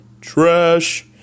trash